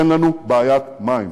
ואין לנו בעיית מים,